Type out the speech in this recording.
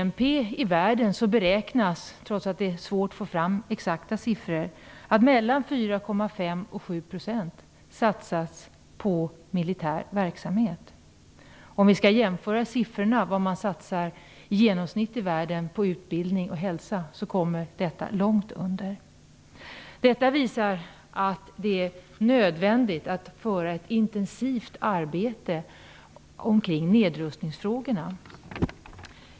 Man beräknar, trots att det är svårt att få fram exakta siffror, att mellan 4,5 och 7 % av BNP i världen satsas på militär verksamhet. Om vi jämför med siffrorna över vad man i genomsnitt satsar på utbildning och hälsa i världen ser vi att dessa kommer långt under. Detta visar att det är nödvändigt att föra ett intensivt arbete omkring nedrustningsfrågorna.